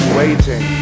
waiting